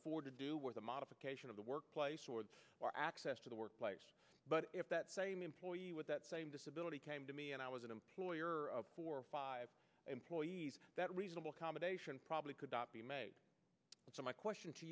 afford to do with a modification of the workplace or for access to the workplace but if that same employee with that same disability came to me and i was an employer of four or five employees that reasonable accommodation probably could be made so my question to